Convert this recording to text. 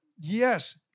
Yes